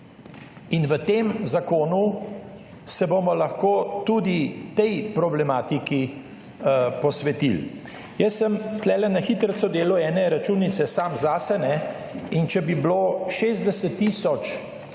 In v tem zakonu se bomo lahko tudi tej problematiki posvetili. Jaz sem tukaj na hitro delal ene računice sam zase in če bi bilo 60 tisoč